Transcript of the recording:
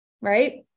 right